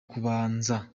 kubanza